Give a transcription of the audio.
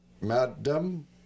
madam